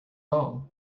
all